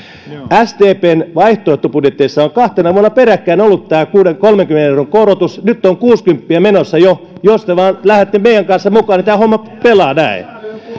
sdpn vaihtoehtobudjeteissa on kahtena vuonna peräkkäin ollut tämä kolmenkymmenen euron korotus nyt on kuusikymppiä menossa jo jos te vain lähdette meidän kanssamme mukaan niin tämä homma pelaa näin